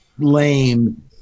lame